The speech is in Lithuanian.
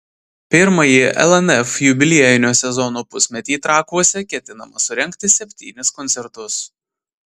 pirmąjį lnf jubiliejinio sezono pusmetį trakuose ketinama surengti septynis koncertus